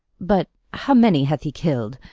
but how many hath he killed?